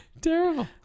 terrible